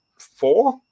four